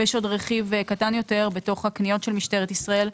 ויש עוד רכיב קטן יותר בתוך הקניות של משטרת ישראל,